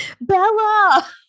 Bella